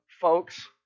folks